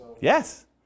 Yes